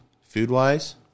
food-wise